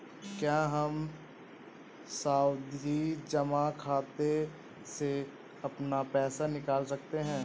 क्या हम सावधि जमा खाते से अपना पैसा निकाल सकते हैं?